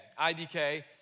IDK